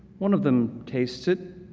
one of them tastes it,